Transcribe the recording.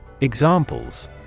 Examples